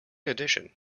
addition